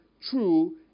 true